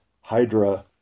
Hydra